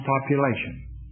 population